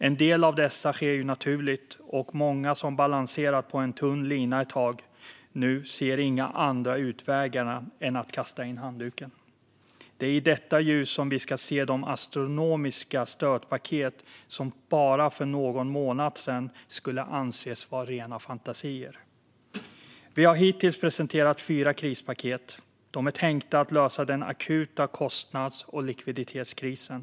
En del av dessa sker naturligt, och många som balanserat på en tunn lina ett tag ser nu inga andra utvägar än att kasta in handduken. Det är i detta ljus som vi ska se de astronomiska stödpaket som bara för någon månad sedan skulle anses vara rena fantasier. Vi har hittills presenterat fyra krispaket. De är tänkta att lösa den akuta kostnads och likviditetskrisen.